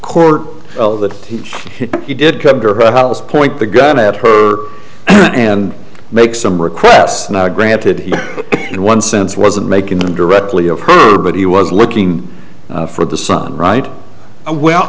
court that he did come to her house point the gun at her and make some requests now granted in one sense wasn't making him directly of her but he was looking for the son right